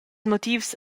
motivs